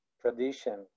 tradition